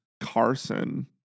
Carson